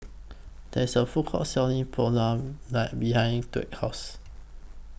There IS A Food Court Selling Pulao net behind Dwight's House